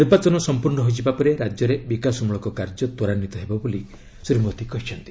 ନିର୍ବାଚନ ସମ୍ପୂର୍ଣ୍ଣ ହୋଇଯିବା ପରେ ରାଜ୍ୟରେ ବିକାଶମୂଳକ କାର୍ଯ୍ୟ ତ୍ୱରାନ୍ନିତ ହେବ ବୋଲି ଶ୍ୱୀ ମୋଦୀ କହିଚ୍ଛନ୍ତି